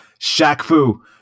Shaq-Fu